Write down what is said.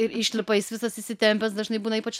ir išlipa jis visas įsitempęs dažnai būna ypač